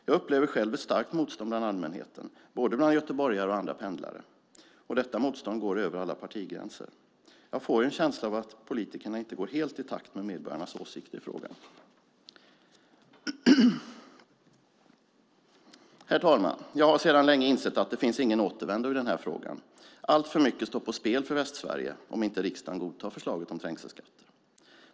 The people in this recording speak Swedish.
Jag upplever själv ett starkt motstånd bland allmänheten, bland både göteborgare och andra pendlare. Detta motstånd går över alla partigränser. Jag får en känsla av att politikerna inte går helt i takt med medborgarnas åsikter i frågan. Herr talman! Jag har sedan länge insett att det inte finns någon återvändo i denna fråga. Alltför mycket står på spel för Västsverige om riksdagen inte godtar förslaget om trängselskatt.